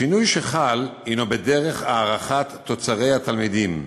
השינוי שחל הוא בדרך הערכת תוצרי התלמידים.